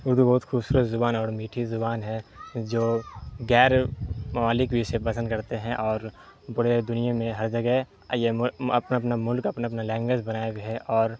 اردو بہت خوبصورت زبان اور میٹھی زبان ہے جو غیر ممالک بھی اسے پسند کرتے ہیں اور پورے دنیا میں ہر جگہ یہ اپنا اپنا ملک اپنا اپنا لینگویز بنائے ہوئے ہے اور